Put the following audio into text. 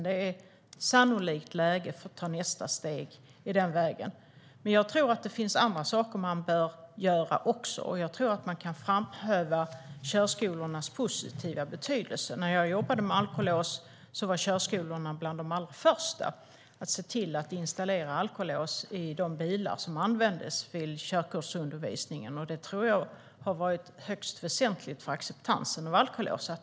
Det är sannolikt läge för att nu ta nästa steg. Jag tror dock att det finns andra saker man också bör göra. Man kan framhäva körskolornas positiva betydelse. När jag jobbade med alkolås var körskolorna bland de allra första att installera alkolås i de bilar som användes i undervisningen. Jag tror att detta har varit högst väsentligt för acceptansen för alkolås.